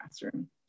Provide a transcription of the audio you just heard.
Classroom